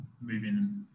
moving